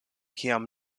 kiam